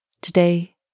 Today